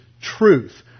truth